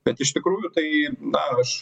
bet iš tikrųjų tai dar aš